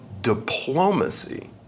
diplomacy